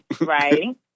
Right